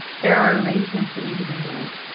there are arrangements that need to be made.